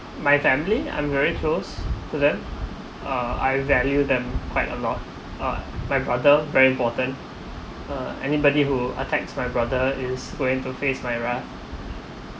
my family I'm very close then uh I value them quite a lot uh my brother very important uh uh anybody who attacks my brother is going to face my wrath